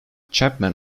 chapman